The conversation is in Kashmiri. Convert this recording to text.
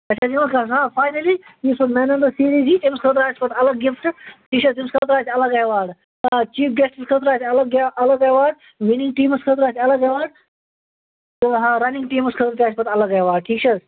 فاینَلی یُس حظ مین آف دَ سیٖریٖز یی تٔمِس خٲطرٕ آسہِ پَتہٕ الگ گفٹ ٹھیٖک چھِ حظ تٔمِس خٲطرٕ آسہِ الگ ایواڈ آ چیٖف گیسٹَس خٲطرٕ آسہِ الگ ایواڈ وِنِنٛگ ٹیٖمَس خٲطرٕ آسہِ الگ ایواڈ تہٕ ہا رَنِنٛگ ٹیٖمَس خٲطرٕ آسہِ پَتہٕ الگ ایواڈ ٹھیٖک چھ حظ